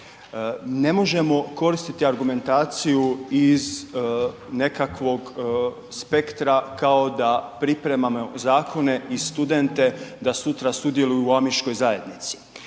Ne možemo koristiti argumentaciju iz nekakvog spektra kao da pripremamo zakone i studente da sutra sudjeluju u Amiškoj zajednici,